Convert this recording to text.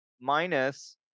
minus